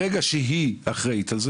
ברגע שהיא אחראית על זה,